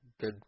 Good